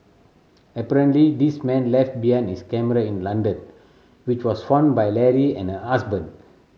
apparently this man left behind his camera in London which was found by Leary and her husband